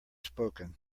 spoken